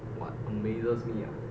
what amazes me ah